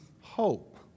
hope